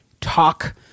talk